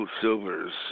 Silvers